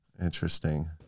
interesting